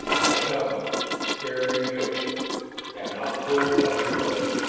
i come carrying this and not pulled by your ropes.